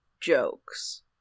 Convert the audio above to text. jokes